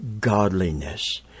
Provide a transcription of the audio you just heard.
godliness